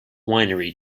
winery